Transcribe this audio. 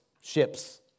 ships